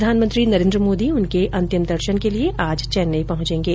प्रधानमंत्री नरेन्द्र मोदी उनके अंतिम दर्शन के लिये आज चैन्नई पहंचेंगे